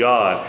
God